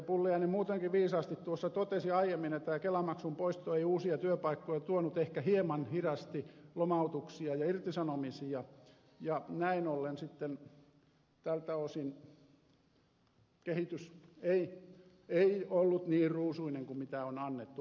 pulliainen muutenkin viisaasti tuossa totesi aiemmin että tämä kelamaksun poisto ei uusia työpaikkoja tuonut ehkä hieman hidasti lomautuksia ja irtisanomisia ja näin ollen sitten tältä osin kehitys ei ollut niin ruusuinen kuin on annettu ymmärtää